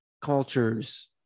cultures